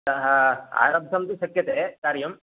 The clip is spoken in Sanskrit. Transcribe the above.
सः आरब्धं तु शक्यते कार्यम्